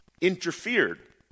interfered